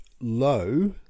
low